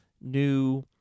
New